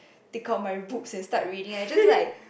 take out my books and start reading I just like